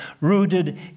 rooted